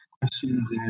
questions